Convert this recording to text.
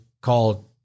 called